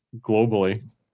globally